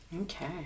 Okay